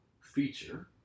feature